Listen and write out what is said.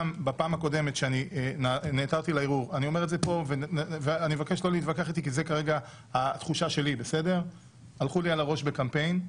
בפעם הקודמת שנעתרתי לערעור הלכו לי על הראש בקמפיין.